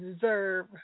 deserve